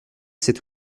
cet